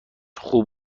خوب